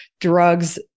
drugs